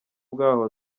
bwaho